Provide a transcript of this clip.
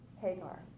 Hagar